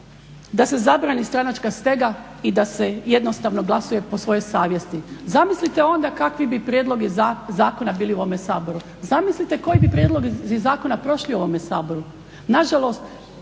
da se zabrani stranačka stega i da se jednostavno glasuje po svojoj savjesti. Zamislite onda kakvi bi prijedlozi zakona bili u ovome Saboru, zamislite koji bi prijedlozi zakona prošli u ovome Saboru.